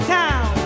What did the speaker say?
town